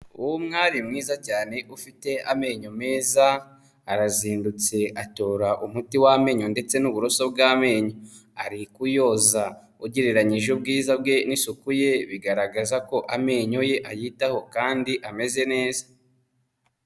Uwo mwari mwiza cyane ufite amenyo meza, arazindutse atora umuti w'amenyo ndetse n'uburoso bw'amenyo. Ari kuyoza; ugereranyije ubwiza bwe n'isupu ye, bigaragaza ko amenyo ye ayitaho kandi ameze neza.